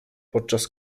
podczas